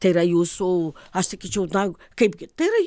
tai yra jūsų aš sakyčiau na kaipgi tai yra